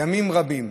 ימים רבים,